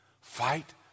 Fight